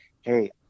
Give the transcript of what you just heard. Hey